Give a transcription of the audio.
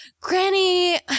Granny